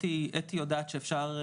אתי יודעת שאפשר,